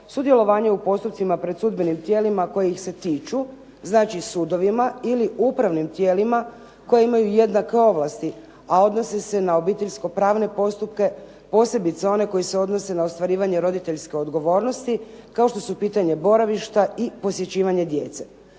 sudjelovanje u postupcima pred sudbenim tijelima koji ih se tiču, znači sudovima ili upravnim tijelima koja imaju jednake ovlasti, a odnose se na obiteljsko pravne postupke, posebice one koji se odnose na ostvarivanje roditeljske odgovornosti, kao što su pitanje boravišta i posjećivanje djece.